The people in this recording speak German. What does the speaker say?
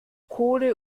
kohle